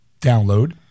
download